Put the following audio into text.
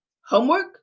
Homework